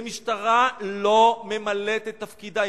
והמשטרה לא ממלאת את תפקידה.